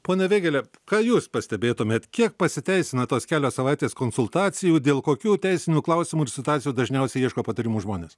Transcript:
pone vėgėle ką jūs pastebėtumėt kiek pasiteisina tos kelios savaitės konsultacijų dėl kokių teisinių klausimų ir situacijų dažniausiai ieško patarimų žmonės